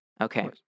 okay